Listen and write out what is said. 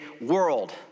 world